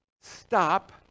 stop